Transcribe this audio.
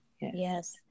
Yes